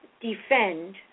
defend